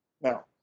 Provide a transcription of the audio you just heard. now